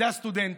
זה הסטודנט,